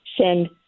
send